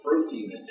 protein